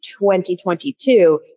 2022